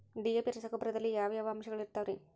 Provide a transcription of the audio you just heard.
DAP ರಸಗೊಬ್ಬರದಲ್ಲಿ ಯಾವ ಯಾವ ಅಂಶಗಳಿರುತ್ತವರಿ?